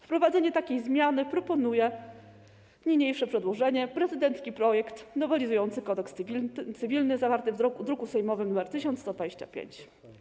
Wprowadzenie takiej zmiany proponuje niniejsze przedłożenie, prezydencki projekt nowelizujący Kodeks cywilny zawarty w druku sejmowych nr 1125.